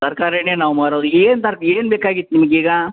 ತರಕಾರಿನೇ ನಾವು ಮಾರೋದು ಏನು ತರ ಏನುಬೇಕಾಗಿತ್ತು ನಿಮ್ಗೆ ಈಗ